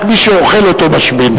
רק מי שאוכל אותו משמין.